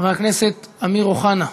חבר הכנסת אמיר אוחנה,